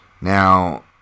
Now